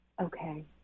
okay